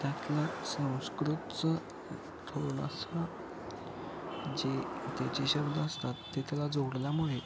त्यातला संस्कृतचं थोडासा जे त्याचे शब्द असतात ते त्याला जोडल्यामुळे